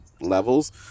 levels